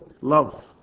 love